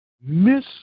miss